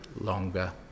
longer